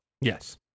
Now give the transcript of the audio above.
Yes